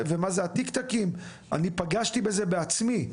אני פגשתי בזה בעצמי,